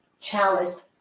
chalice